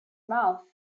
mouths